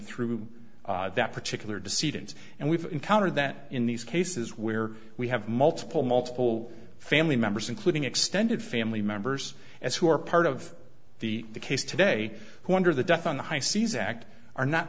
through that particular deceit ins and we've encountered that in these cases where we have multiple multiple family members including extended family members as who are part of the case today who under the death on the high seas act are not